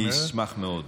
אני אשמח מאוד.